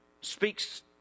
speaks